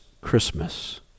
Christmas